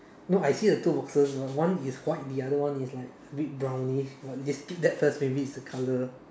no I see the two boxes but one is white the other one is like a bit brownish but can skip that first maybe is the colour